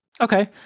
Okay